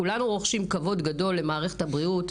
כולנו רוכשים כבוד גדול למערכת הבריאות,